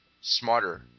smarter